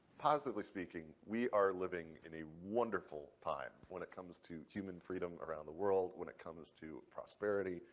positively speaking, we are living in a wonderful time when it comes to human freedom around the world, when it comes to prosperity.